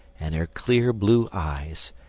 and her clear blue eyes,